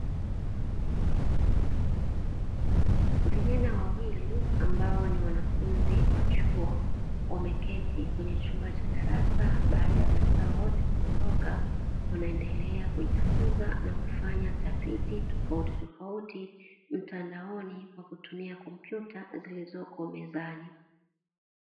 Vijana wawili ambao ni wanafunzi wa chuo wameketi kwenye chumba cha darasa, baada ya wenzao wote kuondoka, wanaendelea kujifunza na kufanya tafiti tofautitofauti mtandaoni kwa kutumia kompyuta zilizopo mezani.